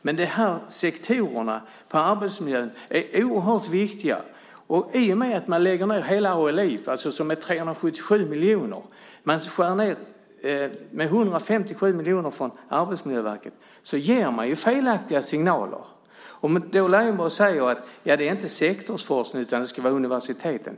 Men de här sektorerna inom arbetsmiljön är oerhört viktiga. I och med att man lägger ned hela ALI, som har en budget på 377 miljoner, och skär ned Arbetsmiljöverkets anslag med 157 miljoner ger man felaktiga signaler. Lars Leijonborg säger: Vi ska inte satsa på sektorsforskningen, utan på universiteten.